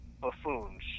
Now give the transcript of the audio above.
buffoons